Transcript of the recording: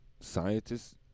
Scientists